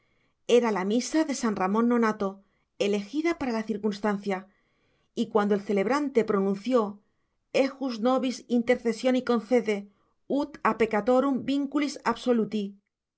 era la misa de san ramón nonnato elegida para la circunstancia y cuando el celebrante pronunció ejus nobis intercessione concede ut a peccatorum vinculis absoluti